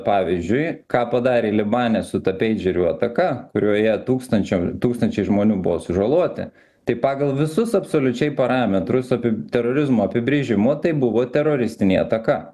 pavyzdžiui ką padarė libane su ta peidžerių ataka kurioje tūkstančiam tūkstančiai žmonių buvo sužaloti tai pagal visus absoliučiai parametrus apie terorizmo apibrėžimo tai buvo teroristinė ataka